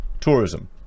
tourism